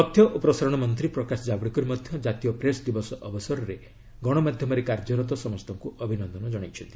ତଥ୍ୟ ଓ ପ୍ରସାରଣ ମନ୍ତ୍ରୀ ପ୍ରକାଶ ଜାବ୍ଡେକର ମଧ୍ୟ ଜାତୀୟ ପ୍ରେସ୍ ଦିବସ ଅବସରରେ ଗଣମାଧ୍ୟମରେ କାର୍ଯ୍ୟରତ ସମସ୍ତଙ୍କୁ ଅଭିନନ୍ଦନ ଜଣାଇଛନ୍ତି